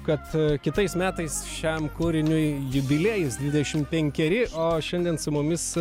kad kitais metais šiam kūriniui jubiliejus dvidešim penkeri o šiandien su mumis